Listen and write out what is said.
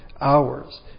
hours